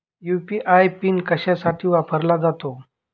UPI PIN कशासाठी वापरला जातो?